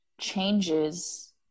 changes